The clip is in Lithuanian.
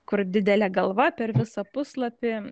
kur didelė galva per visą puslapį